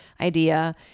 idea